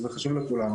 וזה חשוב לכולנו,